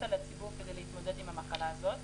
האלה על הציבור כדי להתמודד עם המחלה הזאת.